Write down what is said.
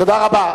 תודה רבה.